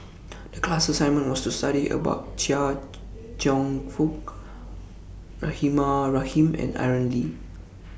The class assignment was to study about Chia Cheong Fook Rahimah Rahim and Aaron Lee